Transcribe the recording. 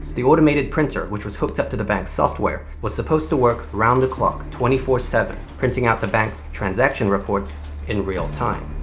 the automated printer, which was hooked up to the bank's software, was supposed to work around the clock twenty four seven, printing out the banks transaction reports in real-time.